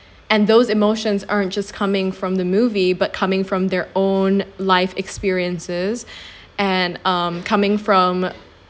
and those emotions aren't just coming from the movie but coming from their own life experiences and um coming from